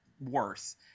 worse